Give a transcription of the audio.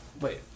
wait